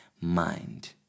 mind